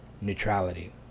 neutrality